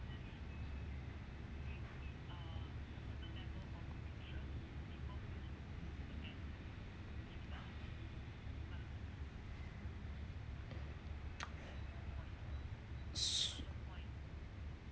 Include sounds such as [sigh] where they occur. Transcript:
[noise]